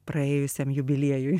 praėjusiam jubiliejui